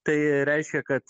tai reiškia kad